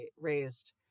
raised